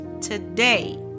today